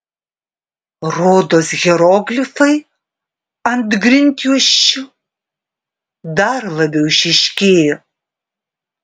rodos hieroglifai ant grindjuosčių dar labiau išryškėjo